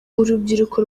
urubyiruko